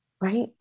right